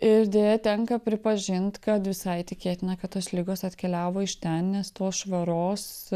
ir deja tenka pripažint kad visai tikėtina kad tos ligos atkeliavo iš ten nes tos švaros